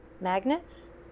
Magnets